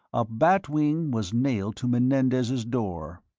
a bat wing was nailed to menendez's door.